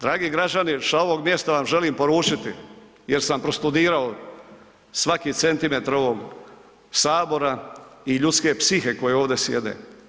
Dragi građani, sa ovog mjesta vam želim poručiti jer sam prostudirao svaki centimetar ovog sabora i ljudske psihe koje ovdje sjede.